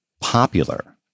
popular